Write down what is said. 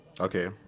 Okay